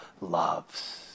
loves